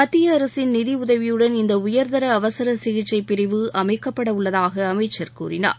மத்திய அரசின் நிதி உதவியுடன் இந்த உயர்தர அவசர சிகிச்சைப் பிரிவு அமைக்கப்படவுள்ளதாக அமைச்சர் கூறினார்